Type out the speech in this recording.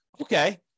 Okay